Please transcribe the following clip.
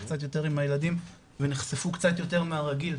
קצת יותר עם הילדים ונחשפו קצת יותר מהרגיל,